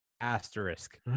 asterisk